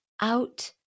out